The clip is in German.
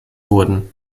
wurden